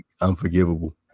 Unforgivable